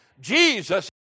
Jesus